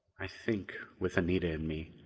i think, with anita and me,